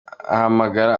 ahamagara